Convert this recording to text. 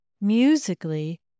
Musically